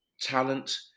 talent